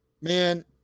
man